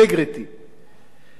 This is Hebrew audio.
כולם מכבדים פרשנות זו.